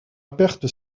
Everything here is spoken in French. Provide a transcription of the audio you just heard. perte